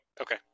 Okay